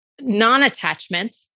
non-attachment